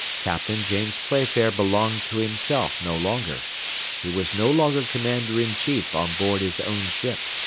captain james playfair belonged to himself no longer he was no longer commander-in-chief on board his own ship.